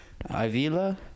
Avila